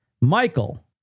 Michael